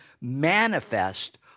manifest